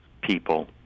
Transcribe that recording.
people